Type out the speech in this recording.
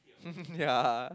ya